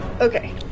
Okay